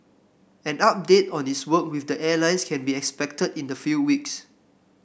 an update on its work with the airlines can be expected in a few weeks